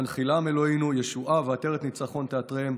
והנחילם אלוהינו ישועה ועטרת ניצחון תעטרם,